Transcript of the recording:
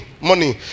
money